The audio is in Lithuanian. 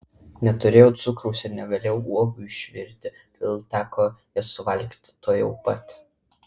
neturėjau cukraus ir negalėjau uogų išvirti todėl teko jas suvalgyti tuojau pat